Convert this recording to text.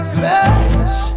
face